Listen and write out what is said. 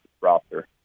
roster